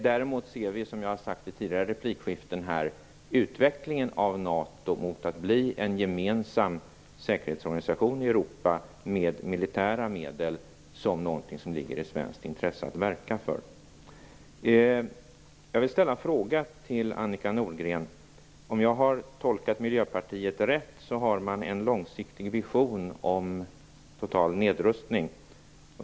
Däremot ser vi, som jag har sagt i tidigare replikskiften, utvecklingen av NATO mot att bli en gemensam säkerhetsorganisation i Europa med militära medel som något som det ligger i svenskt intresse att verka för. Jag vill ställa en fråga till Annika Nordgren. Om jag har tolkat Miljöpartiet rätt har man en långsiktig vision om total nedrustning.